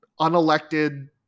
unelected